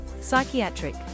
psychiatric